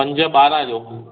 पंज बारहं जो